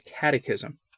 catechism